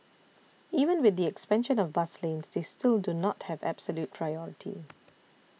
even with the expansion of bus lanes they still do not have absolute priority